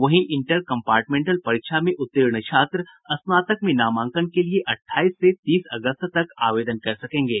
वहीं inter compartmental परीक्षा में उत्तीर्ण छात्र स्नातक में नामांकन के लिए अठाईस से तीस अगस्त तक आवेदन कर सकेंगे